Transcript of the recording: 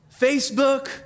Facebook